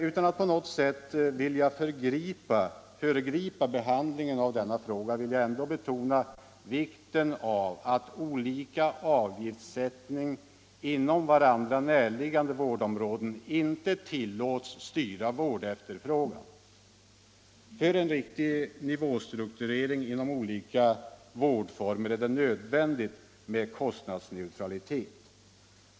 Utan att på något sätt föregripa behandlingen av denna fråga vill jag ändå betona vikten av att olika avgiftssättning inom varandra näraliggande vårdområden inte tillåts styra vårdefterfrågan. För en riktig nivåstrukturering inom olika vårdformer är det nödvändigt med kostnadsneutralitet.